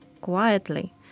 quietly